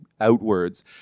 outwards